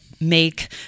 make